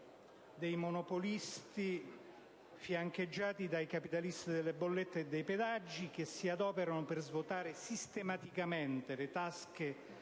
dei monopolisti fiancheggiati dai capitalisti delle bollette e dei pedaggi, che si adoperano per svuotare sistematicamente le tasche